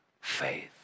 faith